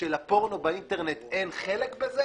שלפורנו באינטרנט אין חלק בזה